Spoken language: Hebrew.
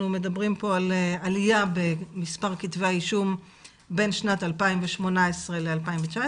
אנחנו מדברים פה על עלייה במספר כתבי האישום בין שנת 2018 ל-2019,